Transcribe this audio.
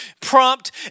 prompt